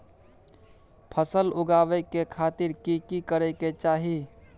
फसल उगाबै के खातिर की की करै के चाही?